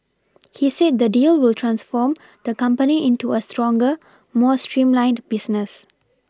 he said the deal will transform the company into a stronger more streamlined business